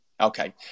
okay